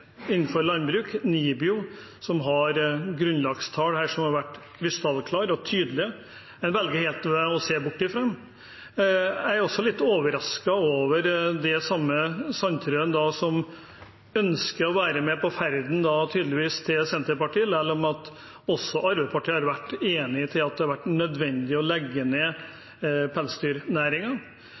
innenfor norsk landbruk som NIBIO, som har grunnlagstall som har vært krystallklare og tydelige, men velger å se helt bort fra dem. Jeg er også litt overrasket over at den samme Sandtrøen – som tydeligvis ønsker å være med på ferden til Senterpartiet, selv om også Arbeiderpartiet har vært enig i at det har vært nødvendig å legge ned